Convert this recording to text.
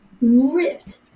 ripped